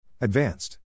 Advanced